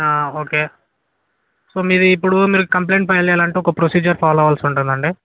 okay so మీది ఇప్పుడు మీరు కంప్లయింట్ ఫైల్ చేయాలంటే ఒక ప్రొసీజర్ ఫాలో అవ్వాల్సి ఉంటుందండి